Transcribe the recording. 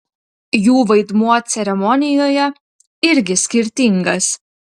jų vaidmuo ceremonijoje irgi skirtingas